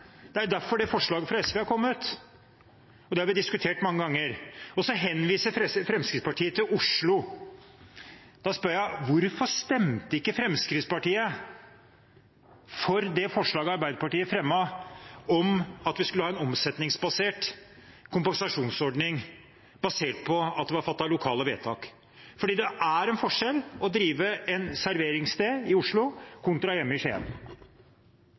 Det er derfor forslaget fra SV har kommet, og det har vi diskutert mange ganger. Fremskrittspartiet viser til Oslo. Da spør jeg: Hvorfor stemte ikke Fremskrittspartiet for det forslaget Arbeiderpartiet fremmet, om å ha en omsetningsbasert kompensasjonsordning, basert på at det var fattet lokale vedtak? Det er forskjell på å drive et serveringssted i Oslo kontra